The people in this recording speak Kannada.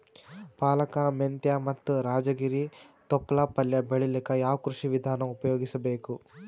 ಪಾಲಕ, ಮೆಂತ್ಯ ಮತ್ತ ರಾಜಗಿರಿ ತೊಪ್ಲ ಪಲ್ಯ ಬೆಳಿಲಿಕ ಯಾವ ಕೃಷಿ ವಿಧಾನ ಉಪಯೋಗಿಸಿ ಬೇಕು?